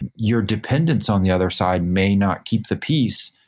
and your dependence on the other side may not keep the peace,